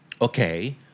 Okay